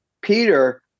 Peter